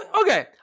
okay